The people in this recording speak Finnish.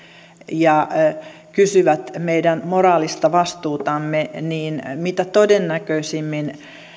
ja kysyvät meidän moraalista vastuutamme niin mitä todennäköisimmin